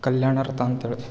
ಕಲ್ಯಾಣ ರಥ ಅಂತೇಳಿ